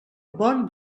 bon